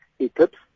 eclipse